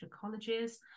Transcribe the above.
Colleges